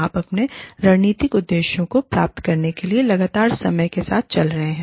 आप अपने रणनीतिक उद्देश्यों को प्राप्त करने के लिए लगातार समय के साथ चल रहे हैं